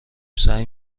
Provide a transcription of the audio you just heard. سعی